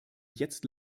jetzt